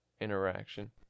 interaction